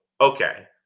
okay